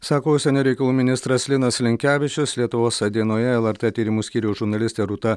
sako užsienio reikalų ministras linas linkevičius lietuvos dienoje lrt tyrimų skyriaus žurnalistė rūta